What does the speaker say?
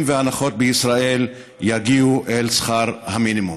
והנכות בישראל יגיעו אל שכר המינימום.